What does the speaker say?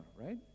right